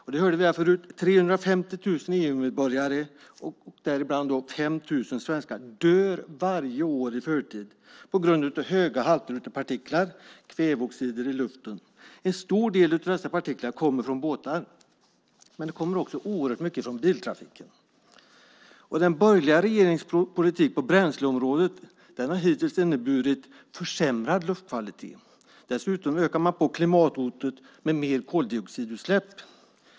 Vi hörde här förut att 350 000 EU-medborgare, däribland 5 000 svenskar, dör varje år i förtid på grund av höga halter av partiklar och kvävedioxider i luften. En stor del av dessa partiklar kommer från båtar. Men det kommer också oerhört mycket från biltrafiken. Den borgerliga regeringens politik på bränsleområdet har hittills inneburit försämrad luftkvalitet. Dessutom ökar man på klimathotet med mer koldioxidutsläpp.